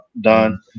done